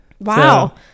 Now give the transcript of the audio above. Wow